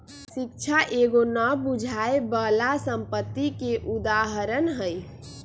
शिक्षा एगो न बुझाय बला संपत्ति के उदाहरण हई